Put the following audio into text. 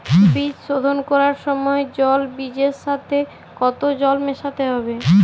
বীজ শোধন করার সময় জল বীজের সাথে কতো জল মেশাতে হবে?